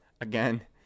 Again